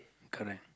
correct